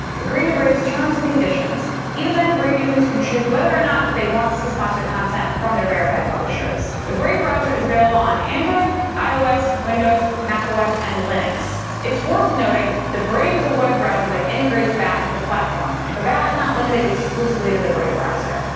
agreeing to brave's terms and conditions even then brave users can choose whether or not that they want to see sponsored content from their verified publishers. the brave browser is available on android ios windows mac os and linux. it's worth noting the brave is a web browser that integrates bat into the platform but that is not limited exclusively to the brave browser.